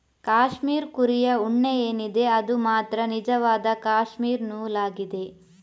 cashmere ಕುರಿಯ ಉಣ್ಣೆ ಏನಿದೆ ಅದು ಮಾತ್ರ ನಿಜವಾದ ಕ್ಯಾಶ್ಮೀರ್ ನೂಲು ಆಗಿದೆ